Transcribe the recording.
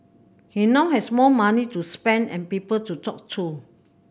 he now has more money to spend and people to talk to